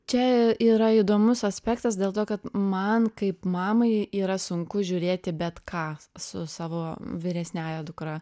čia yra įdomus aspektas dėl to kad man kaip mamai yra sunku žiūrėti bet ką su savo vyresniąja dukra